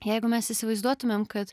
jeigu mes įsivaizduotumėm kad